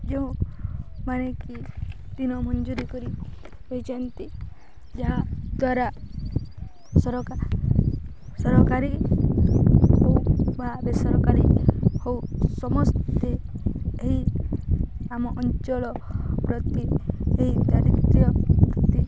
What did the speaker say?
ଯେଉଁମାନେ କିି ଦିନମଜୁରୀ କରି ହୋଇଛନ୍ତି ଯାହାଦ୍ୱାରା ସରକାର ସରକାରୀ ହଉ ବା ବେସରକାରୀ ହଉ ସମସ୍ତେ ଏହି ଆମ ଅଞ୍ଚଳ ପ୍ରତି ଏହି ଦ୍ରାରିଦ୍ର୍ୟ ପ୍ରତି